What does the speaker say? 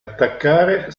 attaccare